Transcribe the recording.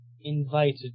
invited